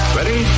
Ready